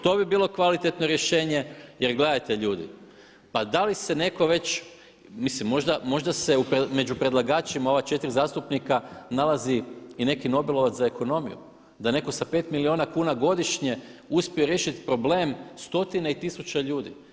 To bi bilo kvalitetno rješenje jer gledajte ljudi pa da li se neko već, mislim možda se među predlagačima ova četiri zastupnika nalazi i neki nobelovac za ekonomiju, da neko sa 5 milijuna kuna godišnje uspije riješiti problem stotine i tisuća ljudi.